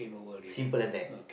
simple like that